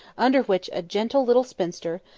under which a gentle little spinster,